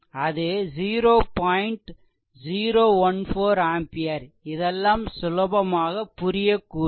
014 ampere இதெல்லாம் சுலபமாக புரியக்கூடியதே